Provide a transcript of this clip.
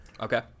Okay